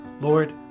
Lord